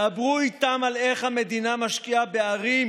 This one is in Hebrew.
דברו איתם על איך המדינה משקיעה בערים